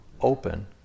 open